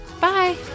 Bye